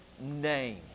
name